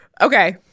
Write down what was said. okay